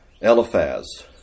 Eliphaz